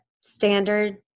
standard